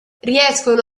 riescono